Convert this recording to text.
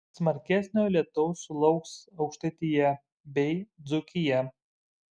smarkesnio lietaus sulauks aukštaitija bei dzūkija